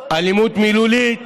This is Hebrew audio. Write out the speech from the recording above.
אלימות מילולית,